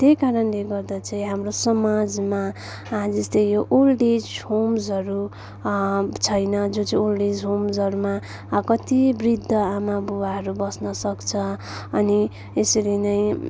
त्यही कारणले गर्दा चाहिँ हाम्रो समाजमा जस्तै यो ओल्ड एज होम्सहरू छैन जो चाहिँ ओल्ड एज होम्सहरूमा कति वृद्ध आमा बुवाहरू बस्न सक्छ अनि यसरी नै